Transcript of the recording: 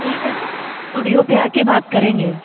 ठीक है स्टूडियो पर आके बात करेंगे